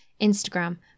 Instagram